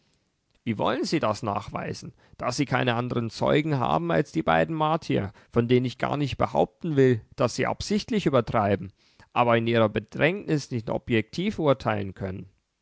wie wollen sie das nachweisen da sie keine andern zeugen haben als die beiden martier von denen ich gar nicht behaupten will daß sie absichtlich übertreiben die aber in ihrer bedrängnis nicht objektiv urteilen können